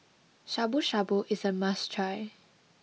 Shabu Shabu is a must try